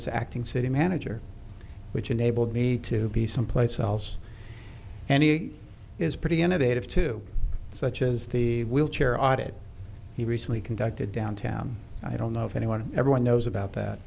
as acting city manager which enabled me to be someplace else and he is pretty innovative too such as the wheel chair audit he recently conducted downtown i don't know if anyone everyone knows about that